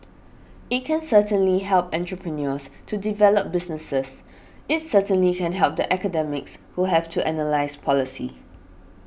it can certainly help entrepreneurs to develop businesses it's certainly can help the academics who have to analyse policy